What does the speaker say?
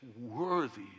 worthy